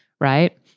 right